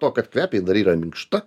to kad kvepia jin dar yra minkšta